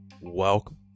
welcome